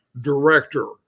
director